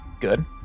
good